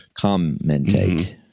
Commentate